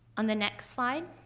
on the next slide,